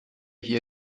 hier